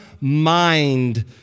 mind